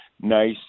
nice